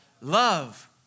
love